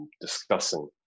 discussing